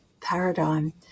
paradigm